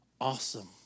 awesome